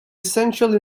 essential